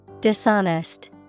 Dishonest